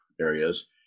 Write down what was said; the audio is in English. areas